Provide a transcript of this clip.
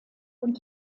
rund